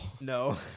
No